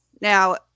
Now